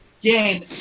game